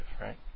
right